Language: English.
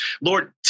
Lord